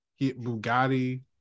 Bugatti